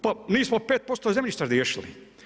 Pa mi smo 5% zemljišta riješili.